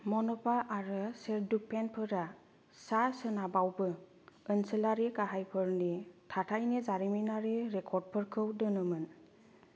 मनपा आरो शेरडुकपेनफोरा सा सोनाबावबो ओनसोलारि गाहायफोरनि थाथायनि जारिमिनारि रेकर्डफोरखौ दोनोमोन